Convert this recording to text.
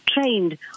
trained